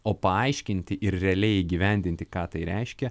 o paaiškinti ir realiai įgyvendinti ką tai reiškia